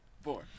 four